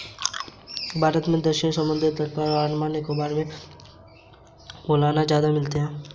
भारत में दक्षिणी समुद्री तट और अंडमान निकोबार मे मोलस्का ज्यादा मिलती है